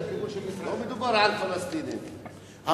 לא מדובר על פלסטינים.